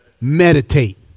Meditate